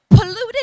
Polluted